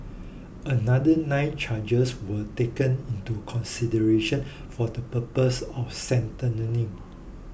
another nine charges were taken into consideration for the purpose of